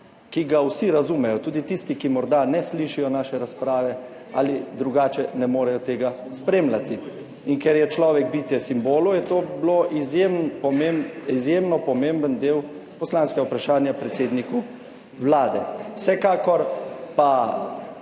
ki ga vsi razumejo, tudi tisti, ki morda ne slišijo naše razprave ali drugače ne morejo tega spremljati. In ker je človek bitje simbolov, je to bil izjemno pomemben del poslanskega vprašanja predsedniku Vlade. Vsekakor pa